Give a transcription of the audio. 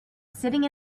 sitting